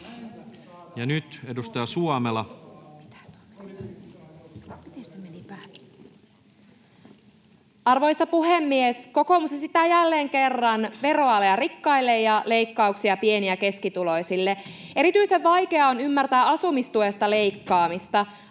Content: Arvoisa puhemies! Kokoomus esittää jälleen kerran veroalea rikkaille ja leikkauksia pieni- ja keskituloisille. Erityisen vaikea on ymmärtää asumistuesta leikkaamista.